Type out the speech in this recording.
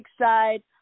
side